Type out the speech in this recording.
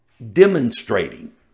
demonstrating